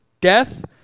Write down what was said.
death